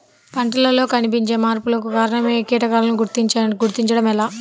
పంటలలో కనిపించే మార్పులకు కారణమయ్యే కీటకాన్ని గుర్తుంచటం ఎలా?